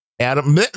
Adam